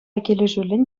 килӗшӳллӗн